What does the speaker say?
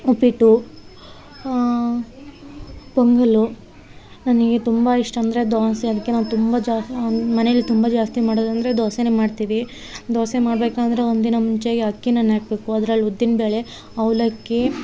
ಉಪ್ಪಿಟ್ಟು ಪೊಂಗಲ್ಲು ನನಗೆ ತುಂಬ ಇಷ್ಟ ಅಂದರೆ ದೋಸೆ ಅದಕ್ಕೆ ನಾನು ತುಂಬ ಜಾಸ್ತಿ ಮನೆಯಲ್ ತುಂಬ ಜಾಸ್ತಿ ಮಾಡೋದಂದರೆ ದೋಸೆನೆ ಮಾಡ್ತೀವಿ ದೋಸೆ ಮಾಡಬೇಕಂದ್ರೆ ಒಂದಿನ ಮುಂಚೆ ಅಕ್ಕಿ ನೆನೆಹಾಕ್ಬೇಕು ಅದ್ರಲ್ಲಿ ಉದ್ದಿನಬೇಳೆ ಅವಲಕ್ಕಿ